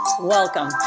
Welcome